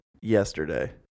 yesterday